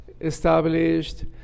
established